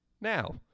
now